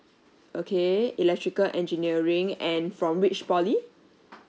okay electrical engineering and from which poly